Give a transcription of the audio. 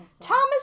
Thomas